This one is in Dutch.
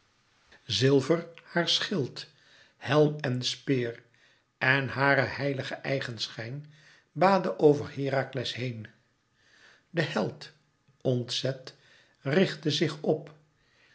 zilver haar schild helm en speer en hare heilige eigenschijn baadde over herakles heen de held ontzet richtte zich op